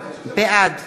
בעד